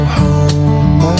home